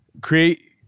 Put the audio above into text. create